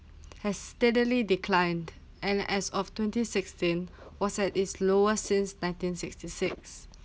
has steadily declined and as of twenty sixteen was at its lowest since nineteen sixty six